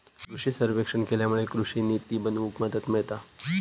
कृषि सर्वेक्षण केल्यामुळे कृषि निती बनवूक मदत मिळता